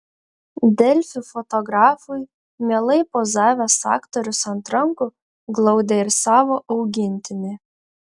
delfi fotografui mielai pozavęs aktorius ant rankų glaudė ir savo augintinį